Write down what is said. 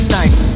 nice